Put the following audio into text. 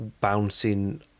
bouncing